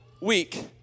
week